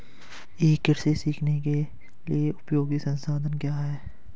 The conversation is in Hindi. ई कृषि सीखने के लिए उपयोगी संसाधन क्या हैं?